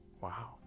Wow